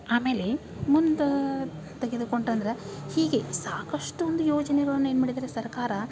ಆಮೇಲೆ ಮುಂದೆ ತೆಗೆದುಕೊಂಡು ಅಂದರೆ ಹೀಗೆ ಸಾಕಷ್ಟು ಒಂದು ಯೋಜನೆಗಳನ್ನು ಏನು ಮಾಡಿದಾರೆ ಸರ್ಕಾರ